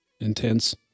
intense